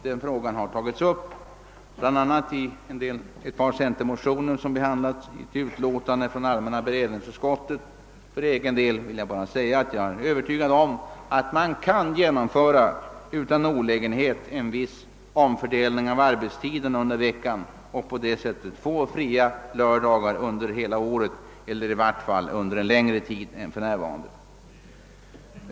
Denna fråga har tagits upp bl.a. i ett par centermotioner som behandlats i ett utlåtande från allmänna beredningsutskottet. För egen del vill jag bara säga att jag är övertygad om att man utan olägenhet kan göra en viss omfördelning av arbetstiden under veckan för att på det sättet få fria lördagar under hela året eller i varje fall under en längre tid än för närvarande.